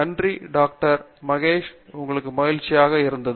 நன்றி டாக்டர் மகேஷ் எங்களுக்கு மகிழ்ச்சியாக இருந்தது